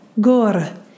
gor